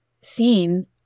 seen